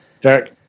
Derek